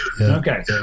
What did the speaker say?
Okay